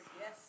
Yes